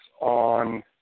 on